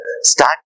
start